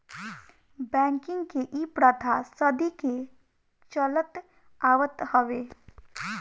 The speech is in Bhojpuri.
बैंकिंग के इ प्रथा सदी के चलत आवत हवे